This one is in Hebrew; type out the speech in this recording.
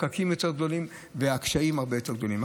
הפקקים יותר גדולים והקשיים הרבה יותר גדולים.